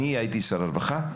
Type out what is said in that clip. אני הייתי שר הרווחה.